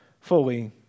fully